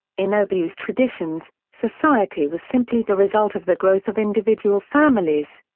in oghuz traditions, society was simply the result of the growth of individual families.